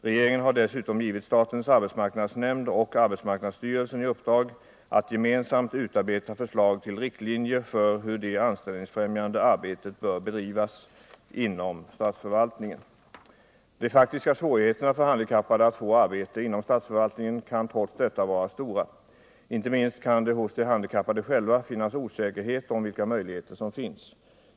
Regeringen har dessutom givit statens arbetsmarknadsnämnd och arbetsmarknadsstyrelsen i uppdrag att gemensamt utarbeta förslag till riktlinjer för hur det anställningsfrämjande arbetet bör bedrivas inom statsförvaltningen. De faktiska svårigheterna för handikappade att få arbete inom statsförvaltningen kan trots detta vara stora. Inte minst kan det hos de handikappade själva finnas osäkerhet om vilka möjligheter som finns.